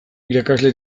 irakasle